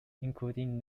including